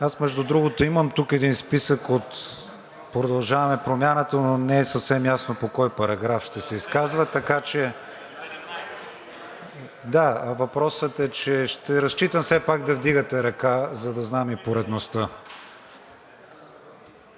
Аз, между другото, имам тук един списък от „Продължаваме Промяната“, но не е съвсем ясно по кой параграф ще се изказват. (Реплика.) Да, въпросът е, че ще разчитам все пак да вдигате ръка, за да знам и поредността.